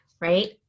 right